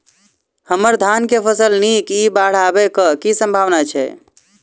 हम्मर धान केँ फसल नीक इ बाढ़ आबै कऽ की सम्भावना छै?